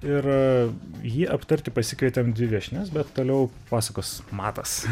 ir jį aptarti pasikvietėm dvi viešnias bet toliau pasakos matas